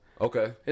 Okay